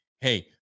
Hey